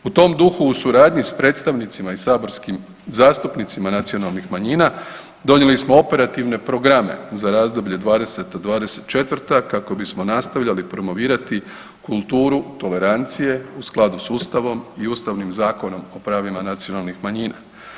U tom duhu, u suradnji s predstavnicima i saborskim zastupnicima nacionalnih manjina, donijeli smo operativne programe za razdoblje '20.-'24. kako bi smo nastavljali promovirati kulturu tolerancije u skladu s Ustavom i Ustavnim zakonom o pravima nacionalnih manjina.